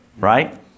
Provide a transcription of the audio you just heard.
right